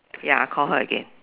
ya I call her again